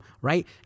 right